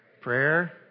prayer